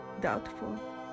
doubtful